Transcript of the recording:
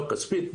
לא כספית,